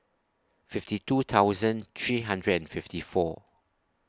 fifty two thousand three hundred and fifty four